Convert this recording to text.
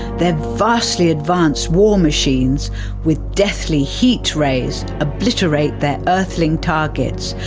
their vastly advanced war machines with deathly heat rays obliterate their earthling targets.